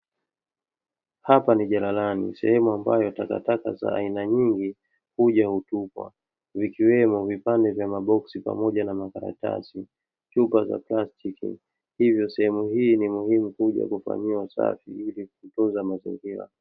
Hapa ni jararani sehemu ambayo takataka za aina nyingi huja hutupwa, vikiwemo vipande vya maboksi pamoja na makaratasi, chupa za plastiki. hivyo sehemu hii ni muhimu kuja kufanyiwa usafi ili kutunza mazingira.